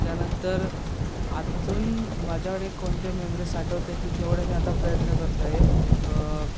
त्यानंतर अजून माझ्याकडे कोणत्या मेमरी साठवता येतील तेवढे मी आता प्रयत्न करत आहे